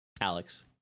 alex